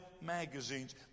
magazines